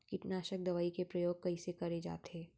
कीटनाशक दवई के प्रयोग कइसे करे जाथे?